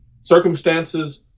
circumstances